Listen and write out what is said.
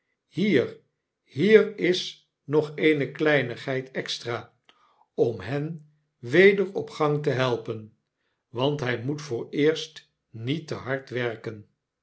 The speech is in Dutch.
hier hier is nog eene kleinigheid extra om hen weder op gang te helpen want hy moet vooreerst niet te hard werken